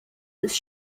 ist